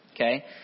Okay